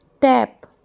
Tap